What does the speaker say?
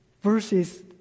verses